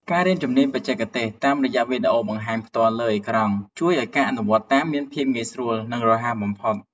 ការរៀនជំនាញបច្ចេកទេសតាមរយៈវីដេអូបង្ហាញផ្ទាល់លើអេក្រង់ជួយឱ្យការអនុវត្តតាមមានភាពងាយស្រួល និងរហ័សបំផុត។